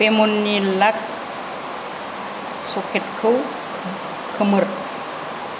बेमननि लाग सकेतखौ खोमोर